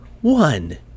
one